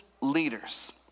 leaders